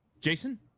Jason